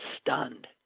stunned